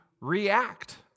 react